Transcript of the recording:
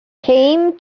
came